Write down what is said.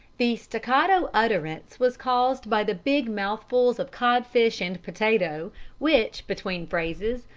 the staccato utterance was caused by the big mouthfuls of codfish and potato which, between phrases,